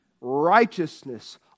righteousness